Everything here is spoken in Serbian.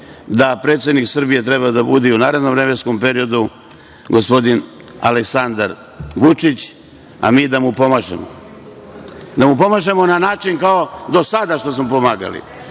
da predsednik Srbije treba da bude i u narednom vremenskom periodu gospodin Aleksandar Vučić, a mi da mu pomažemo. Da mu pomažemo na način kao do sada što smo mu pomagali.